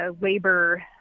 labor